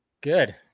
good